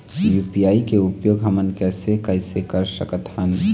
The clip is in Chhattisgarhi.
यू.पी.आई के उपयोग हमन कैसे कैसे कर सकत हन?